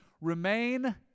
remain